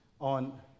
on